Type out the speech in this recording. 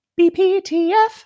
BPTF